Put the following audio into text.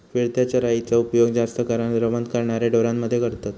फिरत्या चराइचो उपयोग जास्त करान रवंथ करणाऱ्या ढोरांमध्ये करतत